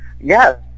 yes